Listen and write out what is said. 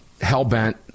hell-bent